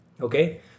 Okay